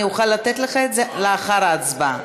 אני אוכל לתת לך את זה לאחר ההצבעה.